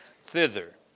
thither